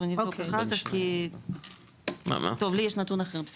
אנחנו נבדוק אחר כך, טוב, לי יש נתון אחר.